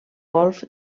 golf